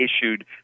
issued